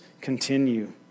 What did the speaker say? continue